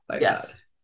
Yes